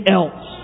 else